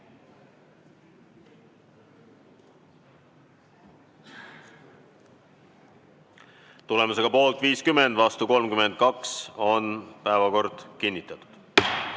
Tulemusega poolt 50 ja vastu 32 on päevakord kinnitatud.